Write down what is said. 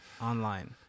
online